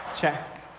Check